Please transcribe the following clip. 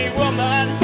woman